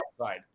outside